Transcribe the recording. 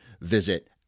visit